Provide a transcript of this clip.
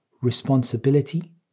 responsibility